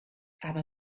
aber